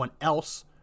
else